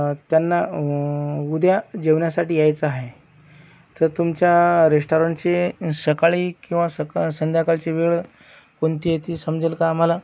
त्यांना उद्या जेवण्यासाठी यायचं आहे तर तुमच्या रेस्टॉरंटची सकाळी किंवा सका संध्याकाळची वेळ कोणतीय ती समजेल का आम्हाला